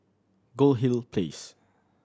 Goldhill Place